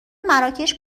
مراکش